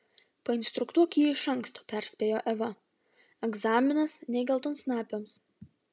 painstruktuok jį iš anksto perspėjo eva egzaminas ne geltonsnapiams